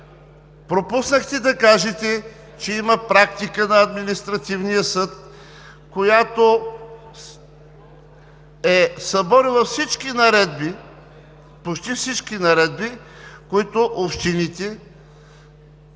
Пропуснахте да кажете, че има практика на Административния съд, която е съборила всички наредби, почти всички